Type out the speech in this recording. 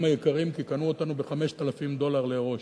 היקרים" כי קנו אותנו ב-5,000 דולר לראש.